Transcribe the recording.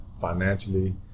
financially